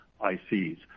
ICs